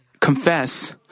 confess